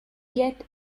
yet